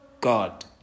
God